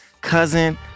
cousin